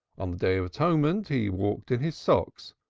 on the day of atonement he walked in his socks,